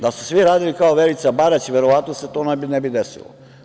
Da su svi radili kao Verica Barać, verovatno se to ne bi desilo.